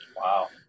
wow